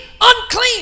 unclean